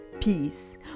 peace